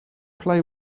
play